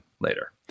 later